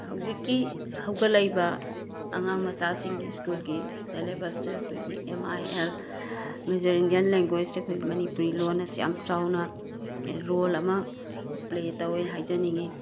ꯍꯧꯖꯤꯛꯀꯤ ꯍꯧꯒꯠꯂꯏꯕꯥ ꯑꯉꯥꯡ ꯃꯆꯥꯁꯤꯡꯒꯤ ꯁ꯭ꯀꯨꯜꯒꯤ ꯁꯦꯂꯦꯕꯁꯇ ꯑꯈꯣꯏꯒꯤ M I L major Indian ꯂꯦꯡꯒꯣꯏꯖꯇ ꯑꯈꯣꯏꯒꯤ ꯃꯅꯤꯄꯨꯔꯤ ꯂꯣꯟ ꯑꯁꯤ ꯌꯥꯝ ꯆꯥꯎꯅ ꯔꯣꯜ ꯑꯃ ꯄ꯭ꯂꯦ ꯇꯧꯋꯦ ꯍꯥꯏꯖꯅꯤꯡꯉꯤ